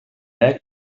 bec